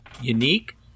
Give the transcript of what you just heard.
unique